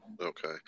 Okay